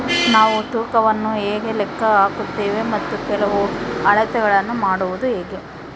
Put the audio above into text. ನಾವು ತೂಕವನ್ನು ಹೇಗೆ ಲೆಕ್ಕ ಹಾಕುತ್ತೇವೆ ಮತ್ತು ಕೆಲವು ಅಳತೆಗಳನ್ನು ಮಾಡುವುದು ಹೇಗೆ?